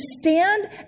stand